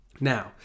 Now